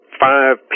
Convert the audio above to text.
five